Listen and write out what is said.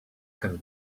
can